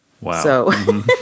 Wow